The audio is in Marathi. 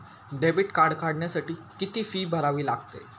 डेबिट कार्ड काढण्यासाठी किती फी भरावी लागते?